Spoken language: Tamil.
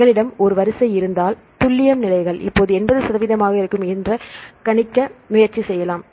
எங்களிடம் ஒரு வரிசை இருந்தால் துல்லியம் நிலைகள் இப்போது 80 சதவிகிதமாக இருக்கும் என்று கணிக்க முயற்சி செய்யலாம்